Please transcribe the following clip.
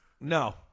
No